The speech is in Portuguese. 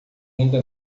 linda